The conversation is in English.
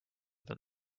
than